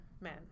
men